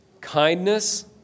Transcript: kindness